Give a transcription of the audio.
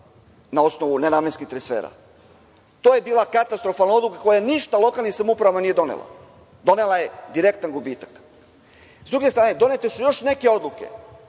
na osnovu nenamenskih transfera? To je bila katastrofalna odluka koja ništa lokalnim samoupravama nije donelo. Donela je direktan gubitak.S druge strane, donete su još neke odluke